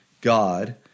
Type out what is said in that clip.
God